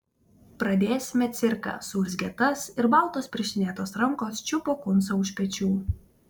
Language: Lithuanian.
pradėsime cirką suurzgė tas ir baltos pirštinėtos rankos čiupo kuncą už pečių